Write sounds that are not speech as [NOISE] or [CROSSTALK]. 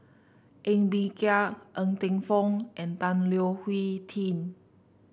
Ng Bee Kia Ng Teng Fong and Tan Leo [UNINTELLIGIBLE]